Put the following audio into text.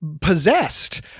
possessed